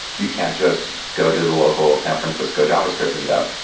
you can't just go to the local san francisco javascript meet up.